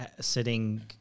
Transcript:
sitting